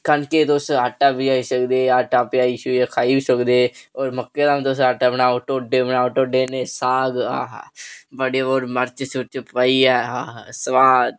कनक तुस आटा पेहाई सकदे आटा पेहाई शेहाई खाई सकदे और मक्कें होंदा ओह् ढोड्डे बनाओ ढोड्डे साग आह् आह् बड़े और मर्च आह् आह् सुआद